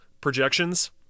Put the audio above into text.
projections